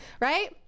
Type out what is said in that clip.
right